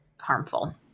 harmful